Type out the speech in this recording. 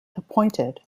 appointed